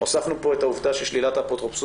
הוספנו פה את העובדה ששלילת האפוטרופסות